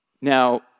Now